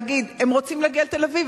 להגיד: הם רוצים להגיע לתל-אביב,